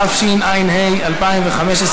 התשע"ה 2015,